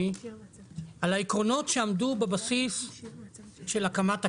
על העקרונות שעמדו בבסיס של הקמת הקרן.